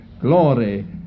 glory